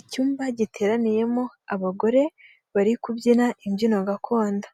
Icyumba giteraniyemo abagore bari kubyina imbyino gakondo,